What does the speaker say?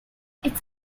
its